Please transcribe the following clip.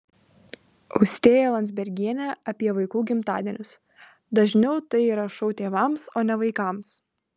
austėja landsbergienė apie vaikų gimtadienius dažniau tai yra šou tėvams o ne vaikams